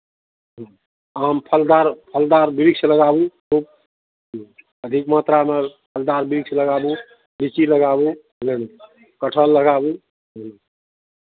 ह्म्म आम फलदार फलदार वृक्ष लगाबू खूब अधिक मात्रामे फलदार वृक्ष लगाबू लीची लगाबू बुझलियै ने कटहर लगाबू ह्म्म